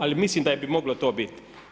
Ali mislim da bi moglo to biti.